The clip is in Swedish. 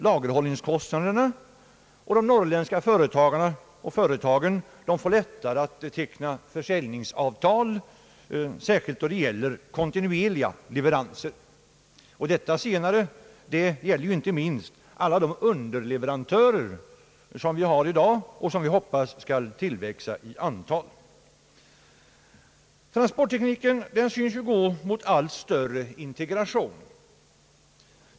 lagerhållningskostnaderna hållas nere, och de norrländska företagarna får lättare att teckna försäljningsavtal, särskilt när det gäller kontinuerliga leveranser. Detta senare gäller inte minst alla de underleverantörer vi har i dag och som vi hoppas skall tillväxa i antal. Transporttekniken synes gå mot allt större integration.